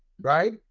Right